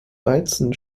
weizen